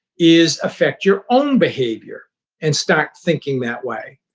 is affect your own behavior and start thinking that way.